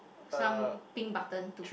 some pink button to